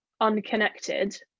unconnected